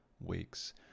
weeks